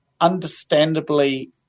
understandably